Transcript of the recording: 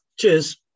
Cheers